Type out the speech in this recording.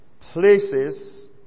places